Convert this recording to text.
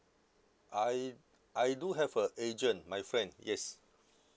I I do have a agent my friend yes